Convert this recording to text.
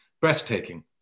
breathtaking